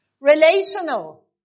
Relational